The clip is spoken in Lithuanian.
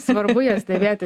svarbu jas dėvėti